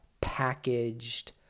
packaged